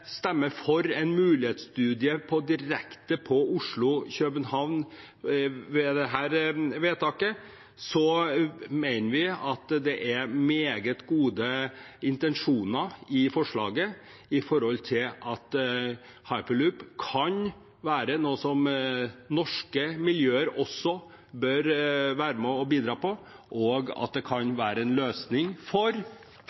for et vedtak om en mulighetsstudie direkte på strekningen Oslo–København, mener vi at det er meget gode intensjoner i forslaget med tanke på at hyperloop kan være noe som norske miljøer også bør være med og bidra til. At det kan